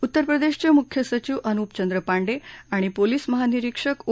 उत्तर प्रदेशचे मुख्य सचिव अनुप चंद्र पांडे आणि पोलिस महानिरीक्षक ओ